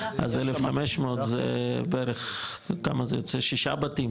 אז 1,500 זה בערך שישה בתים,